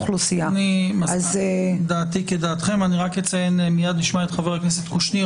אני מזמין גם את כל חברי הכנסת של הליכוד.